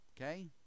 Okay